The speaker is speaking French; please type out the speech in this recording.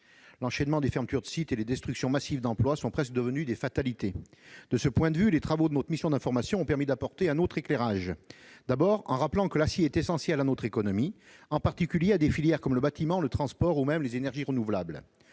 Les fermetures successives de sites et les destructions massives d'emplois sont presque une fatalité. De ce point de vue, les travaux de notre mission d'information ont permis d'apporter un autre éclairage, d'abord en rappelant que l'acier est essentiel à notre économie, en particulier à des filières comme celles du bâtiment, des transports ou même des énergies renouvelables,